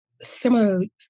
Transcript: similarly